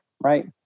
right